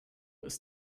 ist